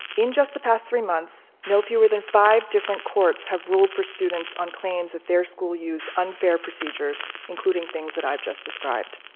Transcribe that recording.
in just the past three months, no fewer than five different courts have ruled for students on claims that their school used unfair procedures, including things that i've just described.